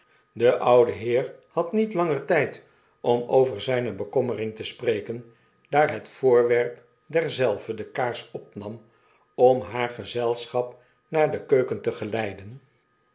de oude heer had niet langer tijd om over zijne bekommering te spreken daar het voorwerp derzelve de kaars opnam om haar gezelschap naar de keuken te geleiden